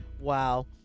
Wow